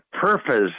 purpose